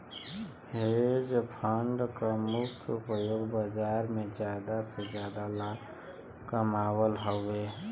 hedge fund क मुख्य उपयोग बाजार में जादा से जादा लाभ कमावल हउवे